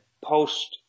post